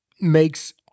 makes